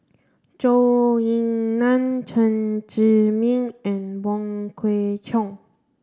Zhou Ying Nan Chen Zhiming and Wong Kwei Cheong